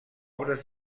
obres